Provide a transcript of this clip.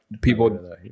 people